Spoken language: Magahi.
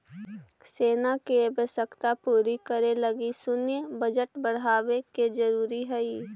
सेना के आवश्यकता पूर्ति करे लगी सैन्य बजट बढ़ावे के जरूरी हई